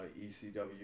ecw